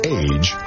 age